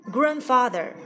Grandfather